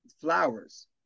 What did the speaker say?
flowers